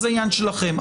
זה ענין שלכם,